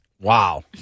Wow